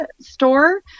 store